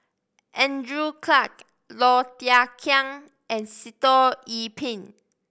Andrew Clarke Low Thia Khiang and Sitoh Yih Pin